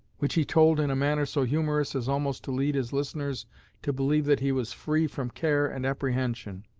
which he told in a manner so humorous as almost to lead his listeners to believe that he was free from care and apprehension.